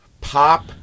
pop